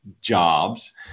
Jobs